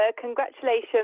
congratulations